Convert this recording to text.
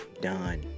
done